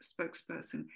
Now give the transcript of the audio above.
spokesperson